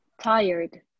Tired